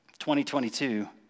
2022